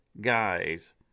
guys